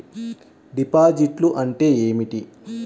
డిపాజిట్లు అంటే ఏమిటి?